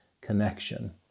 connection